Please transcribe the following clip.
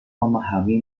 memahami